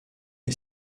est